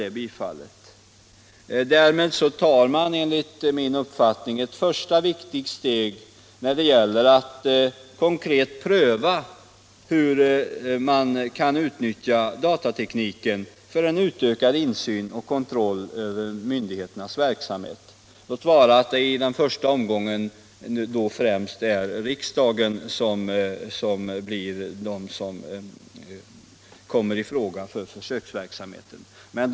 Genom de åtgärder vi föreslagit tar man ett första viktigt steg när det gäller att konkret pröva hur datatekniken kan utnyttjas för en ökad insyn och kontroll över myndigheternas verksamhet — låt vara att det i den första omgången främst är riksdagen som kommer i fråga för försöksverksamheten.